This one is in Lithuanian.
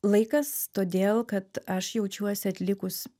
laikas todėl kad aš jaučiuosi atlikus